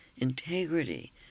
integrity